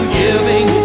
giving